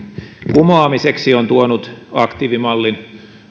kumoamiseksi on tuonut aktiivimallin